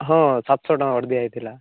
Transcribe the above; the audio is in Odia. ହଁ ସାତଶହ ଟଙ୍କା ଗୋଟେ ଦିଆ ହେଇଥିଲା